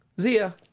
Zia